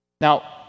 Now